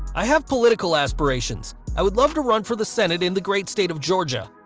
i have political aspirations. i would love to run for the senate in the great state of georgia.